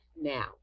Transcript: now